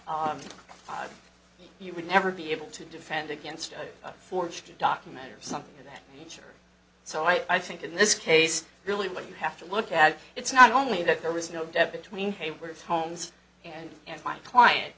otherwise you would never be able to defend against a forged document or something of that nature so i think in this case really what you have to look at it's not only that there was no debt between hayward's homes and and my client